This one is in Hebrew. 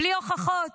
בלי הוכחות,